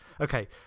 Okay